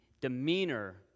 demeanor